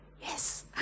Yes